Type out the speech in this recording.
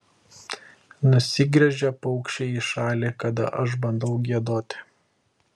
nusigręžia paukščiai į šalį kada aš bandau giedoti